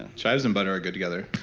and chives and butter are good together